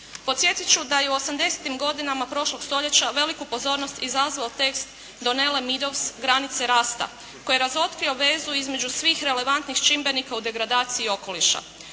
Podsjetit ću da je u '80.-tim godinama prošlog stoljeća veliku pozornost izazvao tekst Donelle Meadows "Granice rasta", koji je razotkrio vezu između svih relevantnih čimbenika u degradaciji okoliša.